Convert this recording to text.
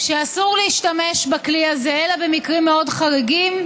שאסור להשתמש בכלי הזה אלא במקרים מאוד חריגים,